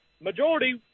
Majority